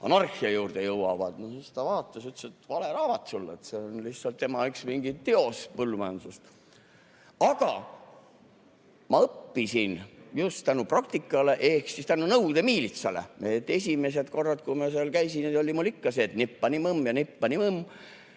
anarhia juurde jõuavad. Siis ta vaatas ja ütles, et vale raamat sul, see on lihtsalt tema mingi teos põllumajandusest. Aga ma õppisin just tänu praktikale ehk tänu Nõukogude miilitsale. Esimesed korrad, kui ma seal käisin, oli mul ikka see, et ni panimõmm ja ni panimõmm.